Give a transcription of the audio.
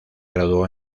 graduó